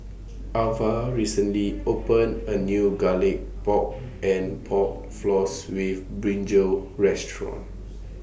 Avah recently opened A New Garlic Pork and Pork Floss with Brinjal Restaurant